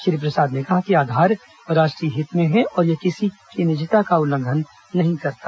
श्री प्रसाद ने कहा कि आधार राष्ट्रीय हित में है और यह किसी की निजता का उल्लंघन नहीं करता